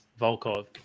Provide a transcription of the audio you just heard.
Volkov